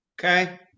okay